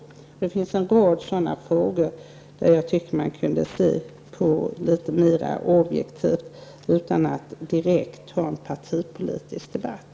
Det finns en rad sådana frågor som jag tycker att man kunde se objektivt på utan att direkt ha en partipolitisk debatt.